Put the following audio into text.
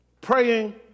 Praying